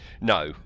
no